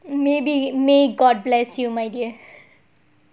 maybe may god bless you my dear